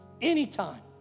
anytime